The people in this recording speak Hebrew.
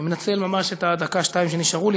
אני מנצל ממש את הדקה-שתיים שנשארו לי.